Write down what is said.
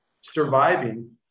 surviving